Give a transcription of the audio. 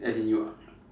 as in you